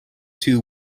two